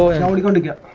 ah and only going to